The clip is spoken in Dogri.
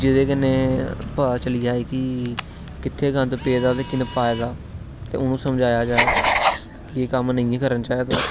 जेहदे कन्नै पता चली जाए कि कित्थे गंद पेदा ते कुन्ने पाए दा ते उंहेगी समझाया जाए कि एह् कम्म नेई करना चाहिदा